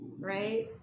Right